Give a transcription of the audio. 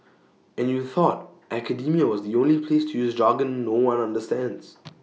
and you thought academia was the only place to use jargon no one understands